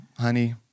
honey